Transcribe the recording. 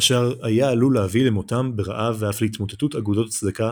אשר היה עלול להביא למותם ברעב ואף להתמוטטות אגודות הצדקה,